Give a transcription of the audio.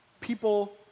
people